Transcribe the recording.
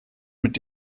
mit